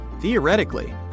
Theoretically